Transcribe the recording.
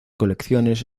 colecciones